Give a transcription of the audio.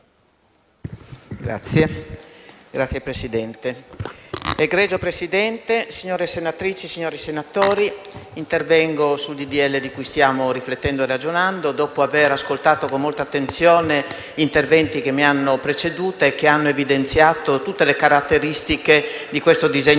finestra") *(PD)*. Egregio Presidente, signore senatrici, signori senatori, intervengo sul disegno di legge su cui stiamo riflettendo e ragionando dopo aver ascoltato con molta attenzione gli interventi che mi hanno preceduto e che hanno evidenziato tutte le caratteristiche di questo disegno